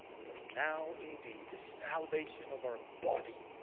for now, indeed, the salvation of our body